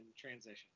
transition